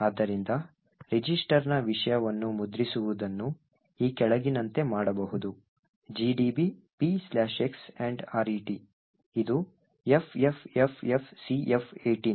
ಆದ್ದರಿಂದ ರಿಜಿಸ್ಟರ್ನ ವಿಷಯವನ್ನು ಮುದ್ರಿಸುವುದನ್ನು ಈ ಕೆಳಗಿನಂತೆ ಮಾಡಬಹುದು gdb px ret ಇದು FFFFCF18